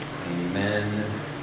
amen